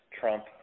Trump